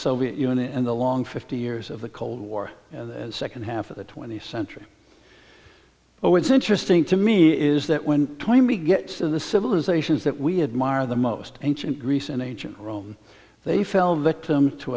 soviet union in the long fifty years of the cold war second half of the twentieth century but what's interesting to me is that when twenty gets in the civilizations that we admire the most ancient greece in ancient rome they fell victim to